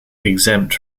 exempt